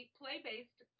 play-based